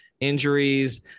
injuries